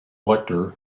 elector